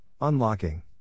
unlocking